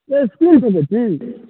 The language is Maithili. नहि स्पिन फेकै छी